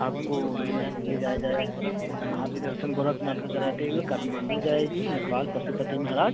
आपको ले जा ले जाया जाएगा गोरखपुर वहाँ भी दर्शन गोरखनाथ कराते हुए काठमांडू जाएगी नेपाल पशुपति महाराज